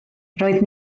roedd